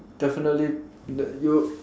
definitely that you